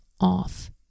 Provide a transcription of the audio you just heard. off